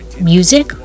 Music